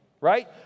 right